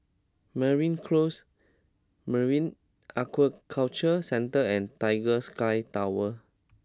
Mariam Close Marine Aquaculture Centre and Tiger Sky Tower